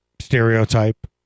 stereotype